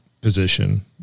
Position